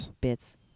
bits